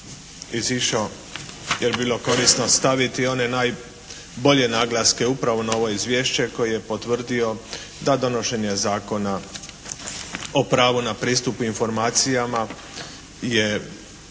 izišao jer bi bilo korisno staviti najbolje naglaske upravo na ovo izvješće koji je potvrdio da donošenje Zakona o pravu na pristup informacijama je